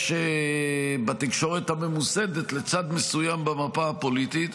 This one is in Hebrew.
בתקשורת הממוסדת לצד מסוים במפה הפוליטית,